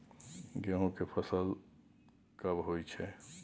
गेहूं के फसल कब होय छै?